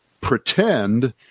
pretend